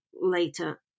later